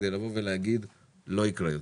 כדי לבוא ולהגיד: "לא יקרה יותר,